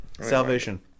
Salvation